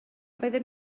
roedden